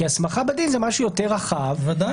כי הסמכה בדין זה משהו יותר רחב -- בוודאי.